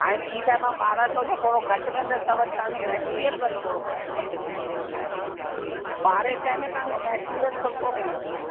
हाणे ठीकु आहे मां ॿारहं सौ जो थोरो घटि कंदसि त वरी तव्हांजो मैटिरियल वरी थोरो घटि थी वेंदो ॿारहें सै में तव्हांखे मैटीरियल सुठो मिलंदो